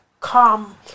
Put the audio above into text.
come